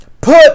put